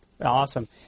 Awesome